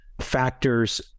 factors